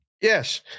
Yes